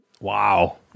Wow